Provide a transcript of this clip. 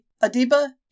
Adiba